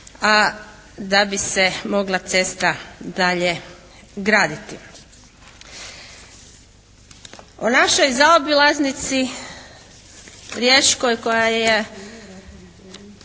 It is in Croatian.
a da bi se mogla cesta dalje graditi. O našoj zaobilaznici riječkoj koja je